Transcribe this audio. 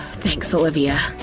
thanks, olivia!